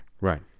Right